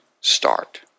start